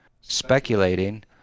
speculating